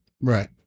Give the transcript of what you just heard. Right